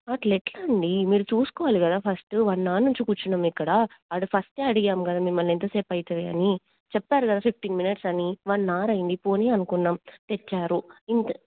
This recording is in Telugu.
అట్లా ఎట్లా అండి మీరు చూసుకోవాలి కదా ఫస్ట్ వన్ అవర్ నుంచి కూర్చున్నాము ఇక్కడ అక్కడ ఫస్టే అడిగాము కదా మిమ్మల్ని ఎంతసేపు అవుతుంది అని చెప్పారు కదా ఫిఫ్టీన్ మినిట్స్ అని వన్ అవర్ అయింది పోని అనుకున్నాం తెచ్చారు ఇంత